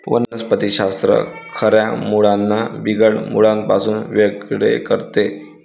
वनस्पति शास्त्र खऱ्या मुळांना बिगर मुळांपासून वेगळे करते